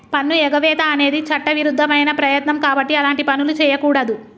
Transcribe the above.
పన్నుఎగవేత అనేది చట్టవిరుద్ధమైన ప్రయత్నం కాబట్టి అలాంటి పనులు చెయ్యకూడదు